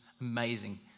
amazing